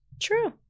True